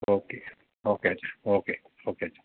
okay okay അച്ഛാ okay okay അച്ഛാ